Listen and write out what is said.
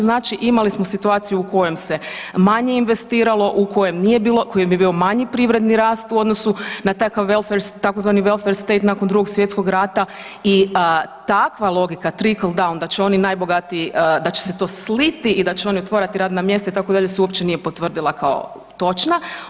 Znači imali smo situaciju u kojem se manje investiralo, u kojem nije bilo, kojem je bio manji privredni rast u odnosu na tzv. welfare state nakon Drugog svjetskog rata i takva logika trickle down da će oni najbogatiji da će se to sliti i da će oni otvarati radna mjesta itd. se uopće nije potvrdila kao točna.